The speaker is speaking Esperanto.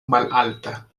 malalta